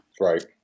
Right